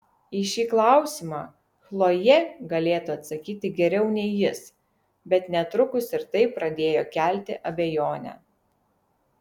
į šį klausimą chlojė galėtų atsakyti geriau nei jis bet netrukus ir tai pradėjo kelti abejonę